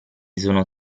sono